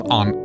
on